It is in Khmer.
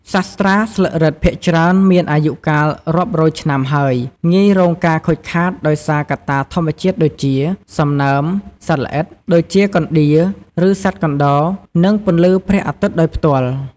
សាស្រ្តាស្លឹករឹតភាគច្រើនមានអាយុកាលរាប់រយឆ្នាំហើយងាយរងការខូចខាតដោយសារកត្តាធម្មជាតិដូចជា សំណើម សត្វល្អិត ដូចជា កណ្តៀរ ឬសត្វកណ្តុរ និងពន្លឺព្រះអាទិត្យដោយផ្ទាល់។